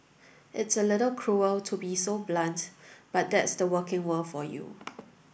it's a little cruel to be so blunt but that's the working world for you